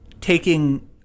taking